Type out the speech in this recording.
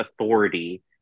authority